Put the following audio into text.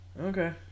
Okay